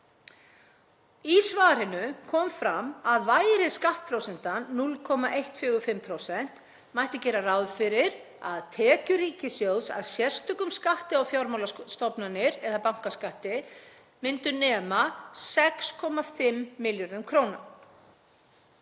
Í svarinu kom fram að væri skattprósentan 0,145% mætti gera ráð fyrir að tekjur ríkissjóðs af sérstökum skatti á fjármálastofnanir eða bankaskatti myndu nema 6,5 milljörðum kr.